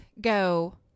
go